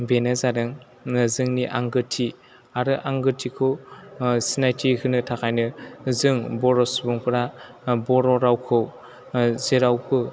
बेनो जादों जोंनि आंगोथि आरो आंगोथिखौ सिनायथि होनो थाखायनो जों बर' सुबुंफ्रा बर' रावखौ जेरावबो